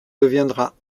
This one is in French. deviendra